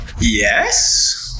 yes